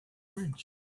bridge